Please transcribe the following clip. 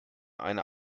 eine